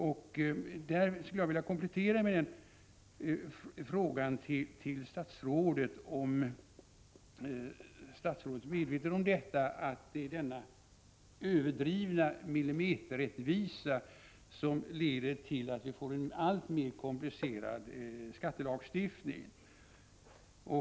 Jag skulle vilja komplettera med följande fråga: Är statsrådet medveten om att det är denna överdrivna millimeterrättvisa som leder till att vi får en alltmer komplicerad skattelagstiftning?